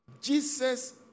Jesus